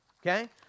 okay